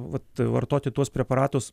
vat vartoti tuos preparatus